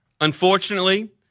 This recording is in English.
Unfortunately